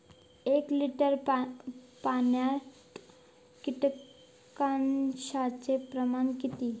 एक लिटर पाणयात कीटकनाशकाचो प्रमाण किती?